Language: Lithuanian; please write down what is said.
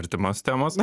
artimos temos